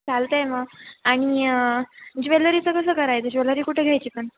चालतय मग आणि ज्वेलरीचं कसं करायचं ज्वेलरी कुठे घ्यायची पण